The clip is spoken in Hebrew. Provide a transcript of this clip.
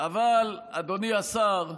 אדוני השר,